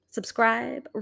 Subscribe